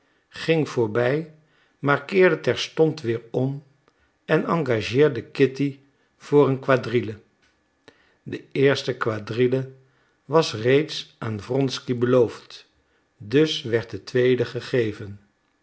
ging voorbij maar keerde terstond weer om en engageerde kitty voor een quadrille de eerste quadrille was reeds aan wronsky beloofd dus werd de tweede gegeven